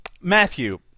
Matthew